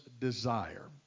desire